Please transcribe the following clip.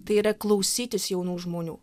tai yra klausytis jaunų žmonių